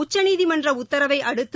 உச்சநீதிமன்ற உத்தரவை அடுத்து